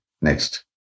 Next